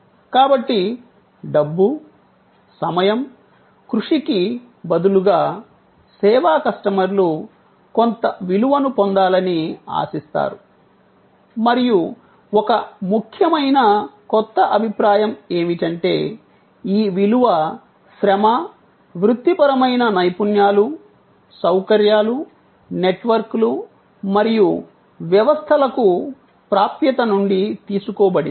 కాబట్టి డబ్బు సమయం కృషికి బదులుగా సేవా కస్టమర్లు కొంత విలువను పొందాలని ఆశిస్తారు మరియు ఒక ముఖ్యమైన కొత్త అభిప్రాయం ఏమిటంటే ఈ విలువ శ్రమ వృత్తిపరమైన నైపుణ్యాలు సౌకర్యాలు నెట్వర్క్లు మరియు వ్యవస్థలకు ప్రాప్యత నుండి తీసుకోబడింది